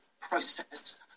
process